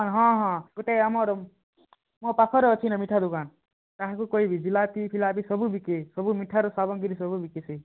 ହଁ ହଁ ଗୋଟେ ଆମର ମୋ ପାଖରେ ଅଛି ମିଠା ଦୋକାନ ତାହାଙ୍କୁ କହିବି ଝିଲାଫି ଫିଲାଫି ସବୁ ବିକେ ସବୁ ମିଠାର ସାମଗ୍ରୀ ସବୁ ବିକେ ସେ